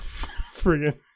friggin